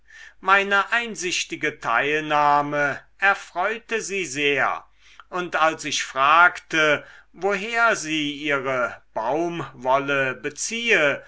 meine einsichtige teilnahme erfreute sie sehr und als ich fragte woher sie ihre baumwolle beziehe